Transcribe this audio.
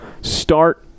start